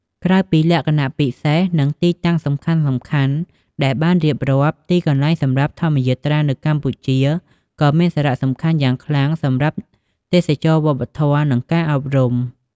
ក្រៅពីលក្ខណៈពិសេស និងទីតាំងសំខាន់ៗដែលបានរៀបរាប់ ទីកន្លែងសម្រាប់ធម្មយាត្រានៅកម្ពុជាក៏មានសារៈសំខាន់យ៉ាងខ្លាំងសម្រាប់ ទេសចរណ៍វប្បធម៌ និង ការអប់រំ។